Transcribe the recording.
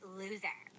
loser